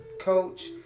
coach